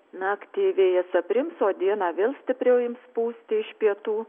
naktį vėjas aprims o dieną vėl stipriau ims pūsti iš pietų